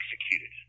executed